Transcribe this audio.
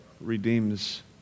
redeems